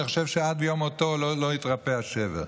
אני חושב שעד יום מותו לא התרפא השבר.